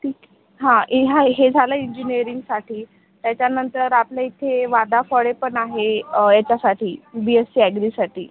ठीक हां हे हा हे झालं इंजिनेअरिंगसाठी त्याच्यानंतर आपल्या इथे वादाफळे पण आहे याच्यासाठी बी एससी ॲग्रीसाठी